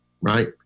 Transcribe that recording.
Right